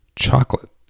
Chocolate